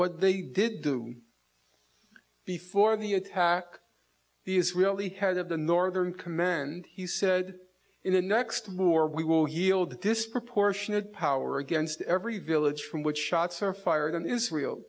what they did do before the attack the israeli head of the northern command he said in the next move or we will yield disproportionate power against every village from which shots are fired on israel